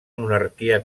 monarquia